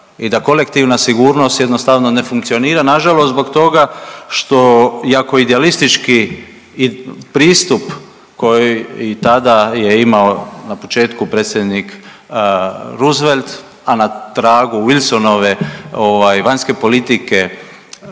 i da kolektivna sigurnost jednostavno ne funkcionira nažalost zbog toga što iako idealistički pristup koji je tada imao na početku predsjednik Roosevelt, a na tragu Wilsonove ovaj vanjske politike